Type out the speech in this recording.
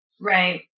Right